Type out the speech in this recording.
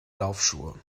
laufschuhe